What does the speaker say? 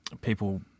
people